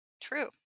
True